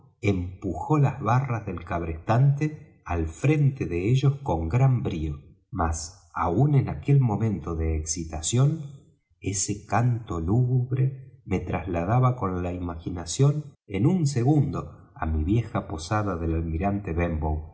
empujó las barras del cabrestante al frente de ellos con gran brío mas aun en aquel momento de excitación ese canto lúgubre me trasladaba con la imaginación en un segundo á mi vieja posada del almirante benbow